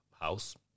house